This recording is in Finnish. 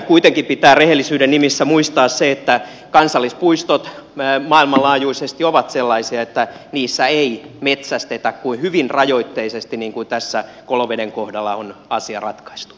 kuitenkin pitää rehellisyyden nimissä muistaa se että kansallispuistot maailmanlaajuisesti ovat sellaisia että niissä ei metsästetä kuin hyvin rajoitteisesti niin kuin tässä koloveden kohdalla on asia ratkaistu